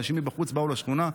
אנשים מבחוץ באו לשכונה,